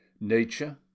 Nature